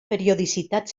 periodicitat